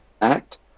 act